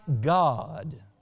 God